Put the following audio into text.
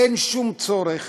אין שום צורך